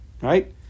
right